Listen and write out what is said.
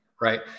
right